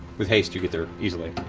with haste, you get there easily.